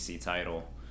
title